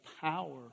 power